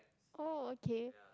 oh okay